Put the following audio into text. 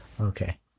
Okay